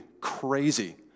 crazy